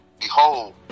Behold